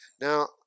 Now